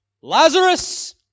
Lazarus